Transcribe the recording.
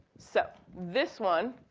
so this one,